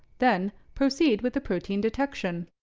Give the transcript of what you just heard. then, proceed with the protein detection.